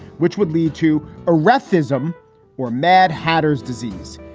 which would lead to arrest cism or mad hatter's disease.